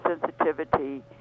sensitivity